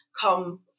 come